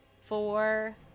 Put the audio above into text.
four